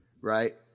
right